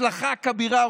הצלחה כבירה,